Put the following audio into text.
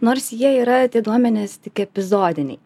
nors jie yra tie duomenys tik epizodiniai